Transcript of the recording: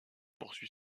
poursuit